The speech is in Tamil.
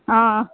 ஆ